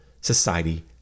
society